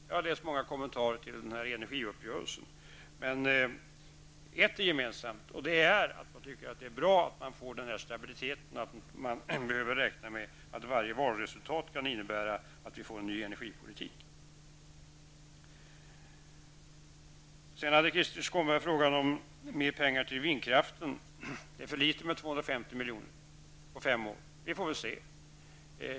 Jag har läst många kommentarer till energiuppgörelsen. Ett som är gemensamt för dessa är att det är bra att det blir en stabilitet och att inte varje valresultat skall behöva innebära en ny energipolitik. Krister Skånberg ställde en fråga om mer pengar till vindkraften. Han anser att det är för litet med 250 milj.kr. på fem år. Vi får väl se.